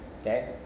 Okay